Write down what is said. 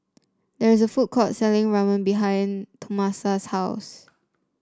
there is a food court selling Ramen behind Tomasa's house